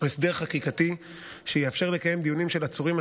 הסדר חקיקתי שיאפשר לקיים דיונים של עצורים,